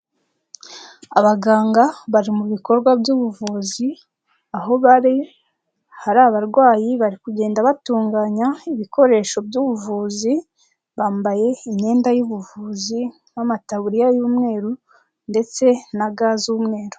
Abaganga bari mu bikorwa by'ubuvuzi aho bari hari abarwayi, bari kugenda batunganya ibikoresho by'ubuvuzi, bambaye imyenda y'ubuvuzi nk'amataburiya y'umweru ndetse na ga z'umweru.